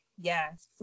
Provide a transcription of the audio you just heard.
Yes